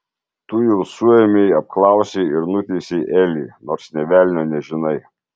tu jau suėmei apklausei ir nuteisei elį nors nė velnio nežinai